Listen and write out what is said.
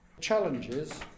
Challenges